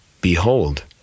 Behold